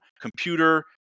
computer